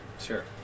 Sure